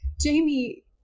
Jamie